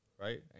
right